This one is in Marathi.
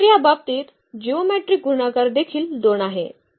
तर या बाबतीत जिओमेट्रीक गुणाकार देखील 2 आहे